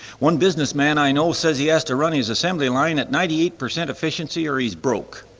one businessman i know says he has to run his assembly line at ninety-eight percent efficiency or he's broke.